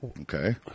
Okay